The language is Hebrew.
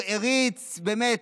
שהוא הריץ באמת,